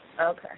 Okay